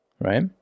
right